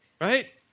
right